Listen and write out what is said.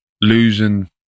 losing